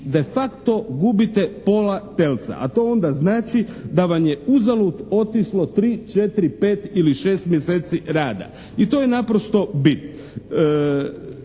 «de facto» gubite pola telca a to onda znači da vam je uzalud otišlo 3, 4, 5 ili 6 mjeseci rada. I to je naprosto bit.